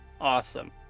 Awesome